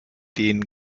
denen